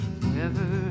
forever